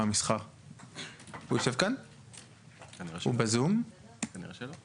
בשם יצרני השקיות בלשכת המסחר.